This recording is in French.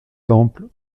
temple